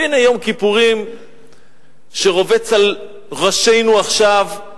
והנה יום כיפורים שרובץ על ראשנו עכשיו: